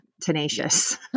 Tenacious